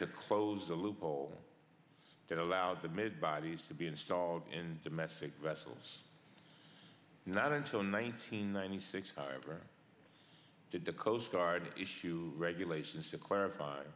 to close a loophole that allows the mid bodies to be installed in domestic vessels not until nineteen ninety six however did the coast guard issue regulations to clarify